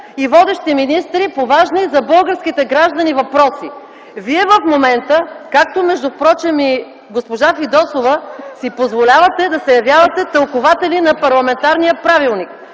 и водещи министри по важни за българските граждани въпроси. Вие в момента, както впрочем и госпожа Фидосова, си позволявате да се явявате тълкуватели на парламентарния правилник